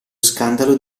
scandalo